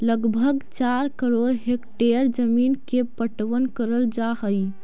लगभग चार करोड़ हेक्टेयर जमींन के पटवन करल जा हई